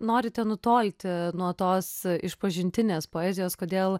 norite nutolti nuo tos išpažintinės poezijos kodėl